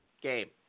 game